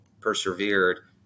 persevered